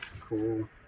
cool